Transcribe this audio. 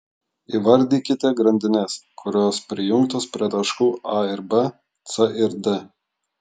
įvardykite grandines kurios prijungtos prie taškų a ir b c ir d